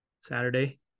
Saturday